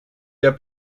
der